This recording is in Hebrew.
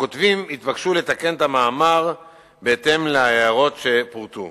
הכותבים התבקשו לתקן את המאמר בהתאם להערות שפורטו.